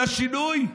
לשינוי,